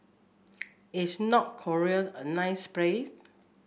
is North Korea a nice place